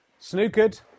Snookered